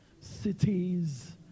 cities